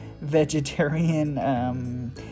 vegetarian